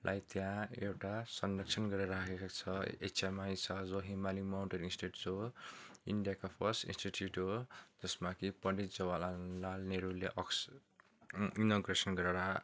लाई त्यहाँ एउटा संरक्षण गरेर राखेको छ एचएमआई छ जो हिमाली माउन्टेन इन्स्टिट्युट जो इन्डियाको फर्स्ट इस्टिट्युट हो जसमा कि पन्डित जवाहरलाल नेहरूले इनोग्रेसन गरेर